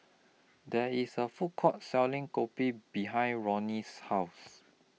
There IS A Food Court Selling Kopi behind Ronny's House